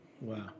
Wow